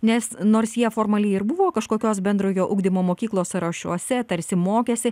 nes nors jie formaliai ir buvo kažkokios bendrojo ugdymo mokyklos sąrašuose tarsi mokėsi